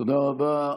תודה רבה.